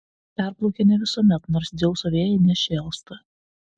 perplaukia ne visuomet nors dzeuso vėjai nešėlsta